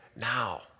now